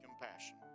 compassion